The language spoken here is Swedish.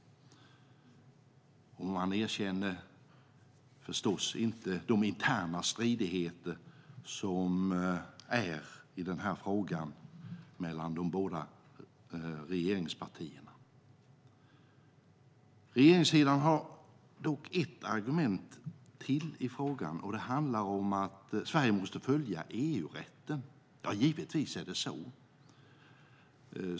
Och man vill förstås inte erkänna de interna stridigheter som råder mellan de båda regeringspartierna i den här frågan. Regeringssidan har dock ett argument till i frågan, och det handlar om att Sverige måste följa EU-rätten. Givetvis är det så.